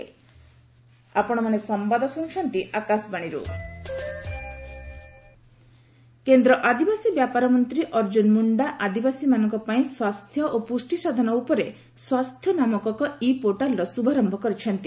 ଗମେଣ୍ଟ୍ tribal କେନ୍ଦ୍ର ଆଦିବାସୀ ବ୍ୟାପାର ମନ୍ତ୍ରୀ ଅର୍ଜ୍ଜୁନ ମୁଣ୍ଡା ଆଦିବାସୀମାନଙ୍କ ପାଇଁ ସ୍ୱାସ୍ଥ୍ୟ ଓ ପୁଷ୍ଟିସାଧନ ଉପରେ ସ୍ୱାସ୍ଥ୍ୟ ନାମକ ଏକ ଇ ପୋର୍ଟାଲ୍ର ଶୁଭାରମ୍ଭ କରିଛନ୍ତି